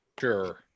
sure